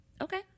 okay